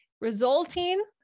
resulting